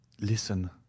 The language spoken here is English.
listen